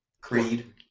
Creed